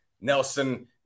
Nelson